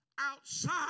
outside